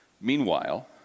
Meanwhile